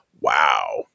Wow